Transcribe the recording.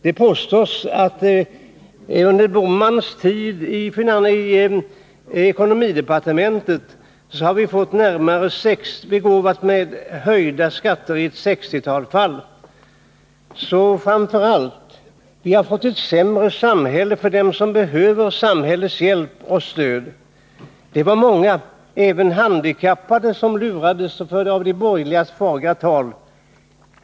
Det påstås att vi under Gösta Bohmans tid i ekonomidepartementet har begåvats med höjda skatter i ett 60-tal fall. Och framför allt: Vi har fått ett sämre samhälle för dem som behöver samhällets hjälp och stöd. Det var många — även handikappade — som lurades av de borgerligas fagra tal.